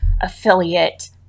affiliate